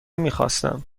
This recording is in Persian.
میخواستم